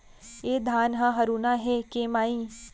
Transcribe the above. ए धान ह हरूना हे के माई?